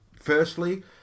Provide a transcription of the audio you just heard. Firstly